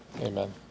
amen